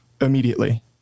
immediately